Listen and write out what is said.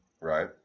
Right